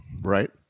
right